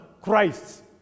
Christ